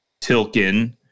Tilkin